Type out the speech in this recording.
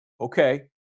okay